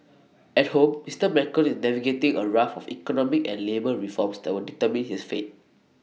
at home Mister Macron is navigating A raft of economic and labour reforms that will determine his fate